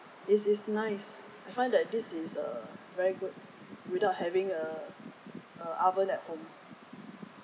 this is nice I find that this is a very good without having a oven at home